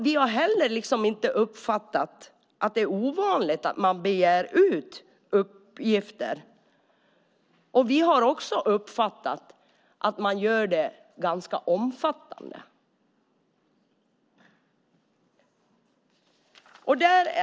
Vi har heller inte uppfattat att det är ovanligt att man begär ut uppgifter. Vi har uppfattat att det görs i ganska stor utsträckning.